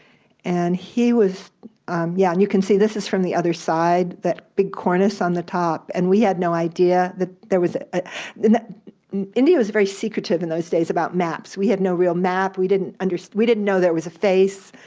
and yeah and you can see, this is from the other side, that big cornice on the top, and we had no idea that there was a india was very secretive in those days about maps. we had no real map. we didn't and we didn't know there was a face,